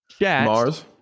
Mars